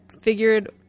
figured